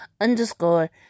underscore